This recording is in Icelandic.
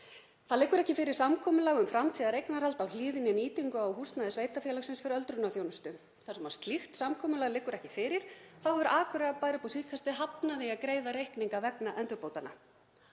Það liggur ekki fyrir samkomulag um framtíðareignarhald á Hlíð eða nýtingu á húsnæði sveitarfélagsins fyrir öldrunarþjónustu. Þar sem slíkt samkomulag liggur ekki fyrir þá hefur Akureyrarbær upp á síðkastið hafnað því að greiða reikninga vegna endurbótanna.